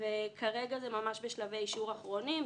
כרגע זה ממש בשלבי אישור האחרונים.